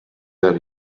that